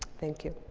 thank you.